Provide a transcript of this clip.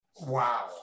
Wow